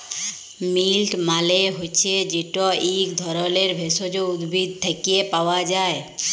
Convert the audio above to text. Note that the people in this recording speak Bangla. মিল্ট মালে হছে যেট ইক ধরলের ভেষজ উদ্ভিদ থ্যাকে পাওয়া যায়